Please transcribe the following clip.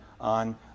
on